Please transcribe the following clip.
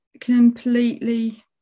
completely